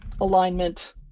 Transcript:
alignment